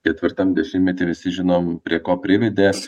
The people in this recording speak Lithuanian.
ketvirtam dešimtmety visi žinom prie ko privedė